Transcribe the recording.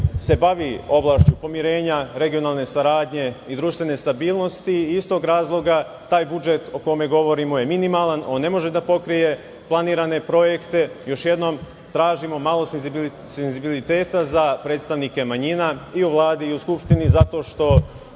se bavi oblašću pomirenja, regionalne saradnje i društvene stabilnosti. Iz tog razloga taj budžet o kome govorimo je minimalan, on ne može da pokrije planirane projekte. Još jednom, tražimo malo senzibiliteta za predstavnike manjina i u Vladi i u Skupštini zato što